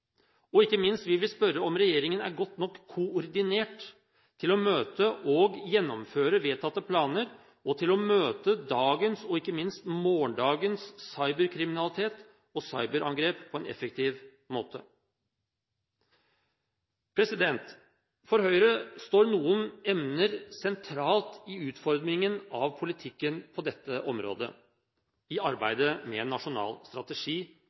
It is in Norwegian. og 2007. Ikke minst vil vi spørre om regjeringen er godt nok koordinert til å møte og gjennomføre vedtatte planer og til å møte dagens og ikke minst morgendagens cyberkriminalitet og cyberangrep på en effektiv måte. For Høyre står noen emner sentralt i utformingen av politikken på dette området i arbeidet med en nasjonal strategi